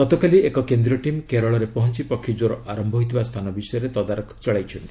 ଗତକାଲି ଏକ କେନ୍ଦ୍ରୀୟ ଟିମ୍ କେରଳରେ ପହଞ୍ଚ ପକ୍ଷୀକ୍ୱର ଆରମ୍ଭ ହୋଇଥିବା ସ୍ଥାନ ବିଷୟରେ ତଦାରଖ ଚଳାଇଛନ୍ତି